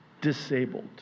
Disabled